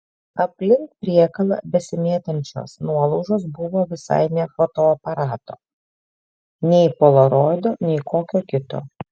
aplink priekalą besimėtančios nuolaužos buvo visai ne fotoaparato nei polaroido nei kokio kito